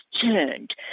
turned